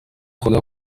خدا